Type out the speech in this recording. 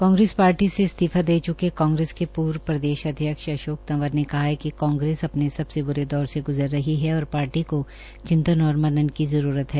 Congress party से इस्तीफा दे च्के कांग्रेस के पूर्व प्रदेश अध्यक्ष अशोक तंवर ने कहा है कि कांग्रेस अपने सबसे ब्रे दौर से ग्रज़र रही है और पार्टी को चिंतन और मनन की जरूरत है